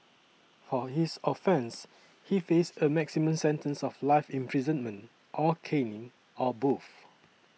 for his offence he faced a maximum sentence of life imprisonment or caning or both